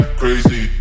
crazy